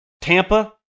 Tampa